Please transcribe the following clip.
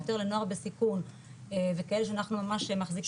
יותר בנוער בסיכון וכאלה שאנחנו ממש מחזיקים אותם.